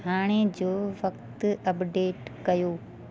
हाणे जो वक़्ति अपडेट कयो